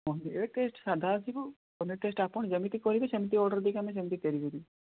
ଏ taste ସାଧା ଆସିବ paneer taste ଆପଣ ଯେମିତି କହିବେ ସେମିତି ଅର୍ଡ଼ର ଦେଇକି ଆମେ ସେମିତି ତିଆରି କରିବୁ